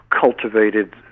cultivated